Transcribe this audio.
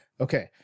Okay